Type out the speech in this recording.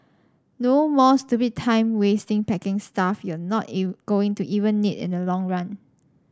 no more stupid time wasting packing stuff you're not going to even need in the long run